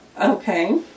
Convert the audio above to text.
Okay